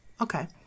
Okay